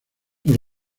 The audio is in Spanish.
los